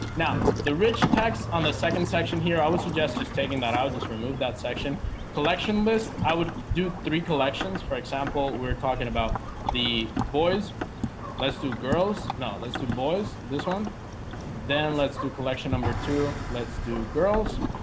now the rich text on the second section here i would suggest just taking that out just remove that section collection list. i would do three collections. for example, we're talking about the boys let's do girls. no, let's do boys this one then. let's do collection. number two. let's do girls